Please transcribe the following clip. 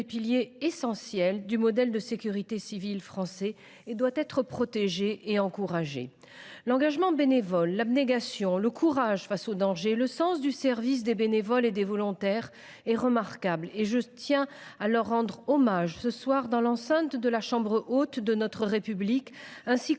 l’un des piliers essentiels du modèle de sécurité civile français. Il doit être protégé et encouragé. L’engagement individuel, l’abnégation, le courage face au danger et le sens du service des bénévoles et des volontaires sont remarquables. Je tiens à rendre hommage, ce soir, dans l’enceinte de la Haute Assemblée de notre République,